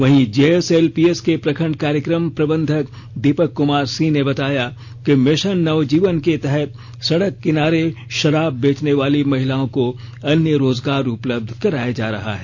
वहीं जेएसएलपीएस के प्रखंड कार्यक्रम प्रबंधक दीपक कमार सिंह ने बताया कि मिशन नवजीवन के तहत सड़क किनारे शराब बेचने वाली महिलाओं को अन्य रोजगार उपलब्ध कराया जा रहा है